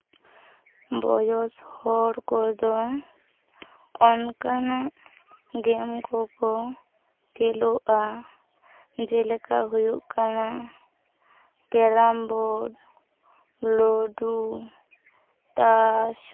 ᱵᱚᱭᱚᱥ ᱦᱚᱲ ᱠᱚᱫᱚ ᱚᱱᱠᱟᱱᱟᱜ ᱜᱮᱢ ᱠᱚᱠᱚ ᱠᱷᱮᱞᱳᱜᱼᱟ ᱡᱮᱞᱮᱠᱟ ᱦᱩᱭᱩᱜ ᱠᱟᱱᱟ ᱠᱮᱨᱟᱢ ᱵᱳᱨᱰ ᱞᱩᱰᱩ ᱛᱟᱥ